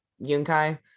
Yunkai